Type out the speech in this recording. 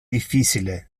difficile